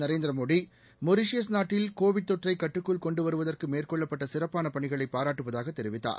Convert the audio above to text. Narendra Modi Mauritius நாட்டில் Covid தொற்றை கட்டுக்குள் கொண்டு வருவதற்கு மேற்கொள்ளப்பட்ட சிறப்பான பணிகளை பாராட்டுவதாக தெரிவித்தார்